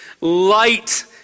light